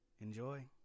enjoy